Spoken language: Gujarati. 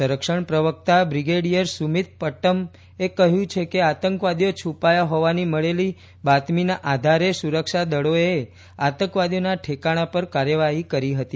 સંરક્ષણ પ્રવકતા બ્રિગેડીયર સુમીથ અટપટ્ટએ કહયું કે આતંકવાદીઓ છુપાયા હોવાની મળેવી બાતમીના આધારે સુરક્ષા દળોએ આતંકવાદીઓના ઠેકાણા પર કાર્યવાહી કરી હતી